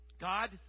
God